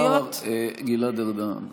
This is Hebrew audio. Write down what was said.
השר גלעד ארדן,